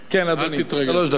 כן, אדוני, שלוש דקות.